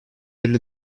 elli